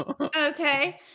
okay